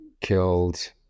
killed